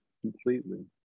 completely